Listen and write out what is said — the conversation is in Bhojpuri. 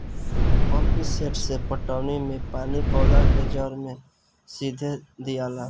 पम्पीसेट से पटौनी मे पानी पौधा के जड़ मे सीधे दियाला